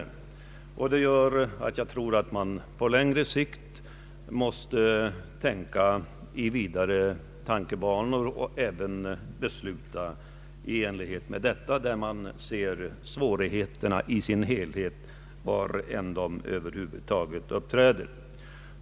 Jag tror att man på lång sikt måste tänka i vidare banor och även besluta i enlighet med detta — där man ser svårigheterna i deras helhet var helst de uppträder.